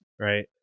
right